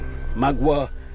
Magua